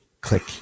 click